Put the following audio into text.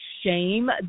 shame